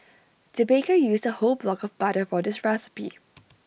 the baker used A whole block of butter for this recipe